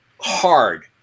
hard